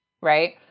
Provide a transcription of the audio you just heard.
Right